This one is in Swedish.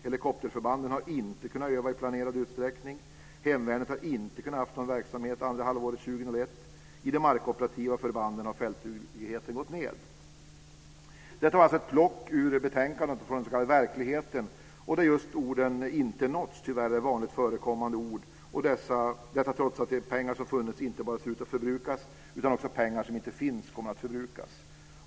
· Helikopterförbanden har inte kunnat öva i planerad utsträckning. · Hemvärnet har inte kunnat ha någon verksamhet andra halvåret 2001. · I de markoperativa förbanden har fältdugligheten gått ned. Detta var alltså ett plock ur betänkandet och från den s.k. verkligheten och där just orden inte nåtts tyvärr är vanligt förekommande, detta trots att inte bara de pengar som funnits ser ut att förbrukas, utan också pengar som inte finns kommer att förbrukas.